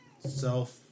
Self